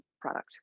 product